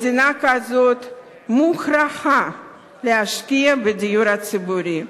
מדינה כזו מוכרחה להשקיע בדיור הציבורי.